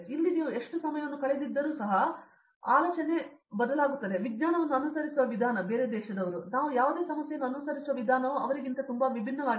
ಇಲ್ಲಿ ನೀವು ಎಷ್ಟು ಸಮಯವನ್ನು ಕಳೆದಿದ್ದರೂ ಆಲೋಚನೆ ನಾವು ವಿಜ್ಞಾನವನ್ನು ಅನುಸರಿಸುವ ವಿಧಾನ ನಾವು ಯಾವುದೇ ಸಮಸ್ಯೆಯನ್ನು ಅನುಸರಿಸುವ ವಿಧಾನವು ತುಂಬಾ ವಿಭಿನ್ನವಾಗಿದೆ